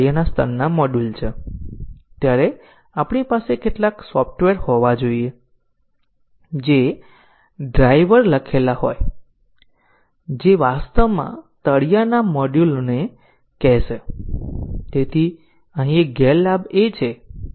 પરિવર્તિત કાર્યક્રમ તે છે જ્યાં આપણે જાણીજોઈને કેટલાક નાના ફોલ્ટ રજૂ કર્યા છે અને આપણે જે પ્રકારનો ફેરફાર લાગુ કરીએ છીએ તેને આપણે મ્યુટન્ટ તરીકે કહીએ છીએ